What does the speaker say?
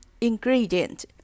Ingredient